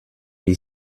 wie